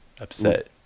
upset